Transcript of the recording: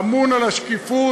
ואמון על השקיפות,